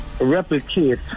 replicate